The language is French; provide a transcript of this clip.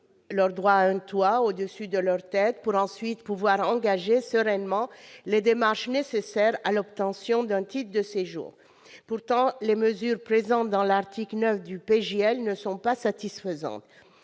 leurs droits, d'un toit au-dessus de leur tête, pour ensuite entreprendre sereinement les démarches nécessaires à l'obtention d'un titre de séjour. Pourtant, les mesures contenues dans l'article 9 ne sont pas satisfaisantes.